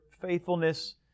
faithfulness